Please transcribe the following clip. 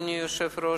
אדוני היושב-ראש,